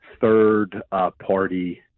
third-party